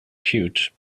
cute